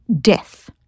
death